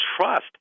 trust